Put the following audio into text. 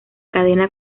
cadena